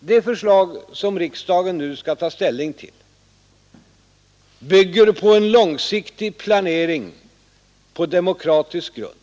De förslag riksdagen nu skall ta ställning till bygger på en långsiktig planering på demokratisk grund.